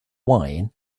wine